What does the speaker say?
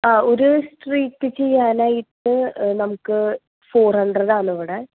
ആ ഒരു സ്ട്രൈറ്റ് ചെയ്യാനായിട്ട് നമുക്ക് ഫോർ ഹൺഡ്രഡ് ആണിവിടെ